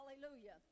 Hallelujah